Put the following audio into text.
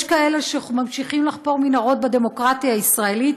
יש כאלה שממשיכים לחפור מנהרות בדמוקרטיה הישראלית,